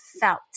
felt